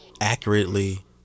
accurately